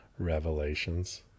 Revelations